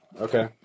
Okay